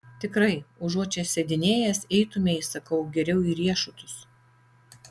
tikrai užuot čia sėdinėjęs eitumei sakau geriau į riešutus